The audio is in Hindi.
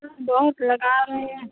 सर बहुत लगा रहे हैं